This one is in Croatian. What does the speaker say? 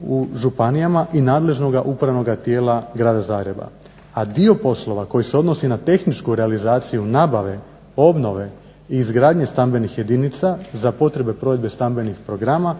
u županijama i nadležnoga upravnoga tijela grada Zagreba, a dio poslova koji se odnosi na tehničku realizaciju nabave, obnove i izgradnje stambenih jedinica za potrebe provedbe stambenih programa